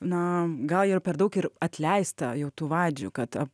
na gal ir per daug ir atleista jau tų vadžių kad